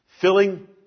filling